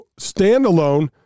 standalone